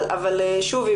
אבל שוב,